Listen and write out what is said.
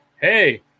Hey